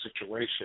situation